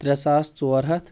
ترٛےٚ ساس ژور ہتھ